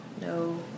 No